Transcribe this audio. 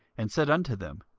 and said unto them,